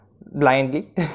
blindly